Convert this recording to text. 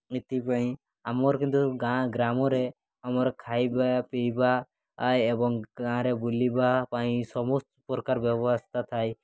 ଏଥିପାଇଁ ଆମର କିନ୍ତୁ ଗାଁ ଗ୍ରାମରେ ଆମର ଖାଇବା ପିଇବା ଏବଂ ଗାଁରେ ବୁଲିବା ପାଇଁ ସମସ୍ତ ପ୍ରକାର ବ୍ୟବସ୍ଥା ଥାଏ